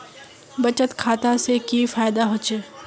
बचत खाता से की फायदा होचे?